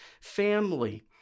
family